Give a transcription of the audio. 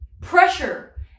Pressure